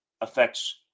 affects